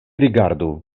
rigardu